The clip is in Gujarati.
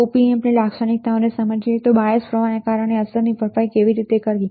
Op amp લાક્ષણિકતાઓને સમજવું બાયસ પ્રવાહને કારણે અસરની ભરપાઈ કેવી રીતે કરવી